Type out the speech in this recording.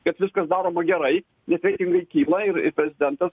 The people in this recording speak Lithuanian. kad viskas daroma gerai nes reitingai kyla ir prezidentas